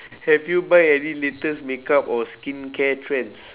have you buy any latest makeup or skincare trends